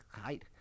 height